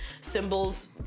symbols